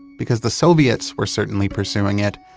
because the soviets were certainly pursuing it,